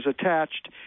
attached